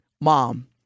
mom